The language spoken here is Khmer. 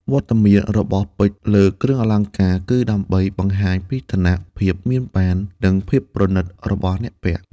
វត្តមានរបស់ពេជ្រលើគ្រឿងអលង្ការ គឺដើម្បីបង្ហាញពីឋានៈ ភាពមានបាន និងភាពប្រណីតរបស់អ្នកពាក់។